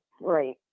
right